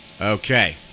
Okay